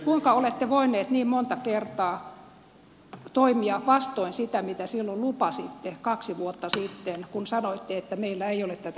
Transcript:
kuinka olette voinut niin monta kertaa toimia vastoin sitä mitä silloin lupasitte kaksi vuotta sitten kun sanoitte että meillä ei ole tätä yhteisvastuuta